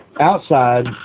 outside